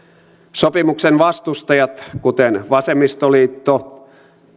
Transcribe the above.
sopimuksen vastustajat kuten vasemmistoliitto